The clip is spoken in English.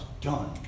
done